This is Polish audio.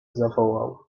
zawołał